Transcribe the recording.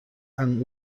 and